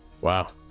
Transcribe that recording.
Wow